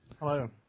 Hello